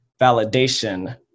validation